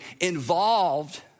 involved